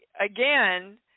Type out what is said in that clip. again